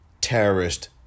terrorist